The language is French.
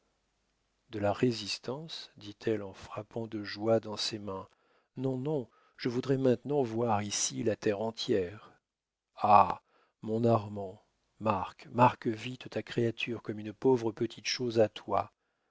de la résistance dit-elle en frappant de joie dans ses mains non non je voudrais maintenant voir ici la terre entière ah mon armand marque marque vite ta créature comme une pauvre petite chose à toi